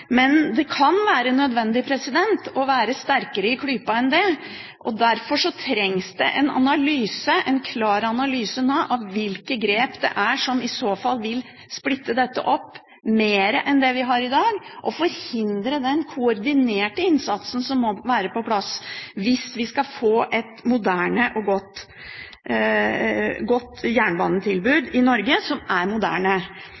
Men det kan være nødvendig å være sterkere i klypa enn det. Derfor trengs det nå en analyse, en klar analyse, av hvilke grep som i så fall vil splitte dette opp mer enn slik det er i dag, og forhindre den koordinerte innsatsen som må være på plass hvis vi skal få et moderne og godt